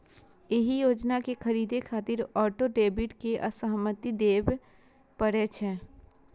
एहि योजना कें खरीदै खातिर ऑटो डेबिट के सहमति देबय पड़ै छै